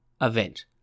event